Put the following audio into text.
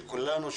של כולנו,